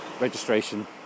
registration